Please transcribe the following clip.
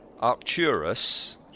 Arcturus